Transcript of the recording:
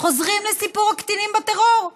חוזרים לסיפור הקטינים בטרור,